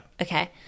Okay